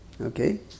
Okay